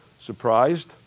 Surprised